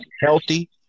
healthy